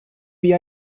wie